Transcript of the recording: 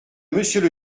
monsieur